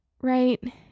right